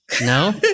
No